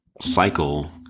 cycle